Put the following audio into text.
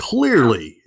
Clearly